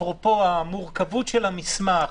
אפרופו המורכבות של המסמך,